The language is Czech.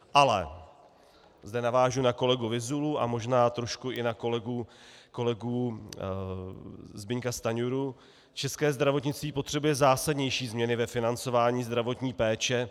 Ale, zde navážu na kolegu Vyzulu a možná trošku i na kolegu Zbyňka Stanjuru, české zdravotnictví potřebuje zásadnější změny ve financování zdravotní péče.